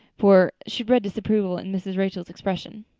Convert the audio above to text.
for she read disapproval in mrs. rachel's expression.